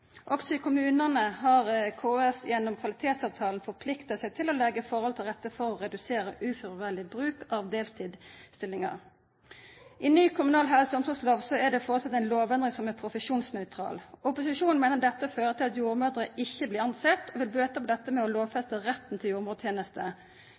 Også i kommunane har KS gjennom kvalitetsavtalen forplikta seg til å leggja forholda til rette for å redusera ufordelaktig bruk av deltidsstillingar. I ny kommunal helse- og omsorgslov er det føreslege ei lovendring om profesjonsnøytralitet. Opposisjonen meiner at dette fører til at jordmødrer ikkje blir tilsette, og vil bøta på dette med å